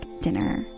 dinner